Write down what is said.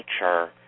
nature